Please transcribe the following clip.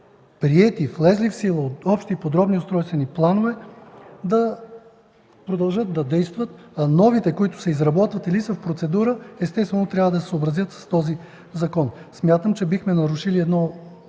приети, влезли в сила общи и подробни устройствени планове, да продължат да действат, а новите, които се изработват, или са в процедура, естествено трябва да се съобразят с този закон. Смятам, че бихме нарушили едно